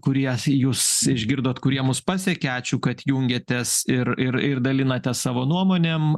kurie jūs išgirdot kurie mus pasiekė ačiū kad jungiatės ir ir ir dalinatės savo nuomonėm